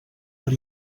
per